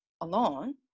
alone